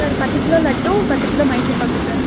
sir பத்து kilo லட்டும் பத்து கிலோ மைசூர்பாக்கும் சார்